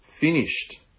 finished